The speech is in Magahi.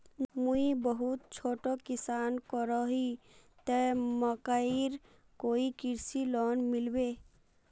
मुई बहुत छोटो किसान करोही ते मकईर कोई कृषि लोन मिलबे?